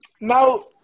Now